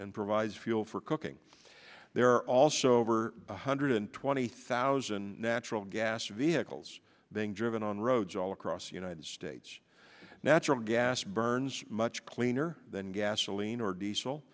and provides fuel for cooking there are also over one hundred twenty thousand natural gas vehicles being driven on roads all across the united states natural gas burns much cleaner than gasoline or